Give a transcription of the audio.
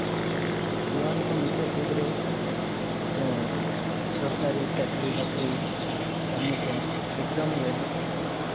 ᱡᱩᱣᱟᱹᱱ ᱠᱚ ᱱᱤᱛᱳᱜ ᱡᱩᱜᱽ ᱨᱮ ᱡᱮᱢᱚᱱ ᱥᱚᱨᱠᱟᱨᱤ ᱪᱟᱹᱠᱨᱤᱼᱵᱟᱹᱠᱨᱤ ᱠᱟᱹᱢᱤ ᱠᱚ ᱮᱠᱫᱚᱢ ᱜᱮ